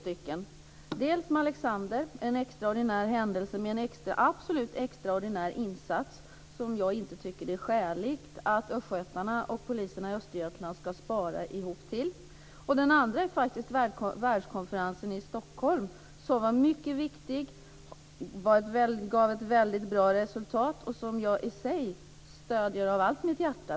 Det första Malexander, en extraordinär händelse med en absolut extraordinär insats, som jag inte tycker att det är skäligt att östgötarna och poliserna i Östergötland ska spara ihop till. Det andra är världskonferensen i Stockholm. Den var mycket viktig och gav ett väldigt bra resultat, som jag i sig stöder av allt mitt hjärta.